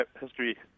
history